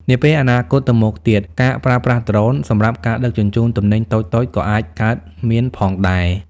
នាពេលអនាគតទៅមុខទៀត ការប្រើប្រាស់ដ្រូន សម្រាប់ការដឹកជញ្ជូនទំនិញតូចៗក៏អាចកើតមានផងដែរ។